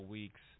weeks